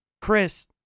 Chris